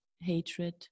hatred